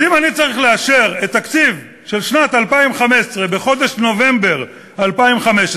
אם אני צריך לאשר את התקציב של שנת 2015 בחודש נובמבר 2015,